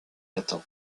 latin